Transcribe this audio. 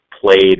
played